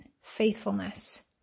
faithfulness